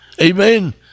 Amen